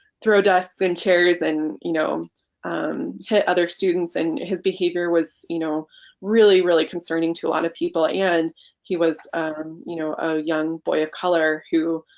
throw desks and chairs and you know hit other students and his behavior was you know really really concerning to a lot of people and he was you know a young boy of color who